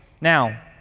Now